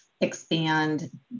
expand